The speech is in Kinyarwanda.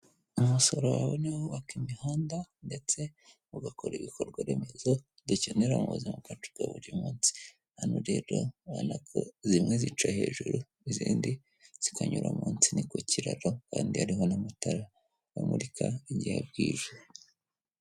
Umusoro wawe niwo wubaka imihanda ndetse ugakora ibikorwa remezo dukenera mu buzima bwacu bwa buri munsi, hano rero urabona ko zimwe zica hejuru n'izindi zikanyura munsi, ni ku kiraro kandi hariho n'amatara bamurika igihe bwije.